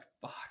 fuck